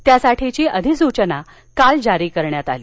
त्यासाठीची अधिसूचना काल जारी करण्यात आली